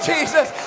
Jesus